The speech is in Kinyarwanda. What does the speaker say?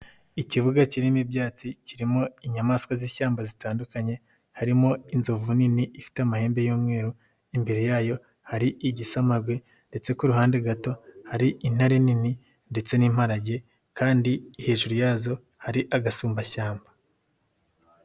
Ikibuga kirimo ibyatsi, kirimo inyamaswa z'ishyamba zitandukanye, harimo inzovu nini ifite amahembe y'umweru, imbere yayo hari igisamagwe ndetse ku ruhande gato hari intare nini ndetse n'imparage kandi hejuru yazo hari agasumbashyamba.